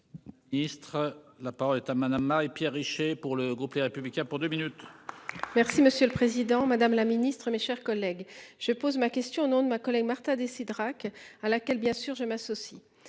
La parole est à madame Marie-Pierre Richer. Pour le groupe Les Républicains pour 2 minutes. Merci, monsieur le Président Madame la Ministre, mes chers collègues, je pose ma question au nom de ma collègue Martin décidera qu'à laquelle bien sûr je m'associe,